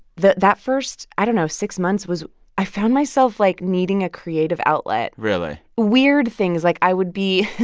that that first i don't know six months was i found myself, like, needing a creative outlet really? weird things like, i would be